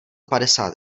padesát